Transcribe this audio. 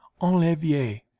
enlevier